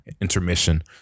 intermission